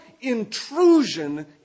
intrusion